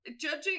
judging